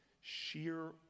sheer